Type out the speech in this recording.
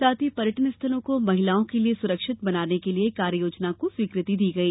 साथ ही पर्यटनस्थलों को महिलाओं के लिए सुरक्षित बनाने के लिए कार्ययोजना को स्वीकृति दी गई